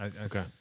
Okay